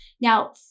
Now